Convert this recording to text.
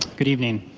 good evening.